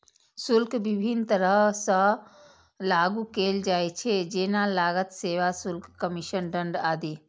शुल्क विभिन्न तरह सं लागू कैल जाइ छै, जेना लागत, सेवा शुल्क, कमीशन, दंड आदि